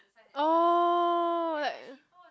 oh like